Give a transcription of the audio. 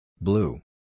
Blue